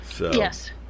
Yes